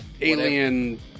alien